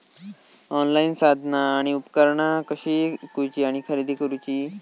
Online साधना आणि उपकरणा कशी ईकूची आणि खरेदी करुची?